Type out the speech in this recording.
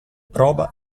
prova